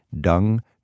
dung